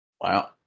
Wow